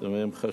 נכון, חשובים.